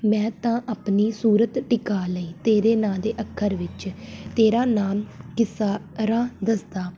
ਮੈਂ ਤਾਂ ਆਪਣੀ ਸੂਰਤ ਟਿਕਾ ਲਈ ਤੇਰੇ ਨਾਂ ਦੇ ਅੱਖਰ ਵਿੱਚ ਤੇਰਾ ਨਾਮ ਕਿੱਸਾ ਅਰਾਂ ਦੱਸਦਾ